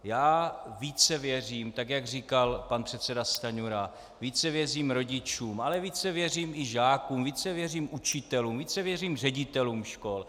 Já více věřím, jak říkal pan předseda Stanjura, rodičům, ale více věřím i žákům, více věřím učitelům, více věřím ředitelům škol.